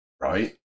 right